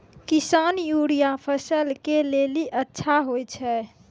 किसान यूरिया फसल के लेली अच्छा होय छै?